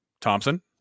Thompson